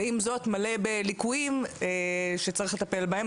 ועם זאת מלא בליקויים שצריך לטפל בהם.